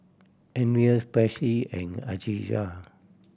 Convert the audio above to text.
Andres Patsy and Alijah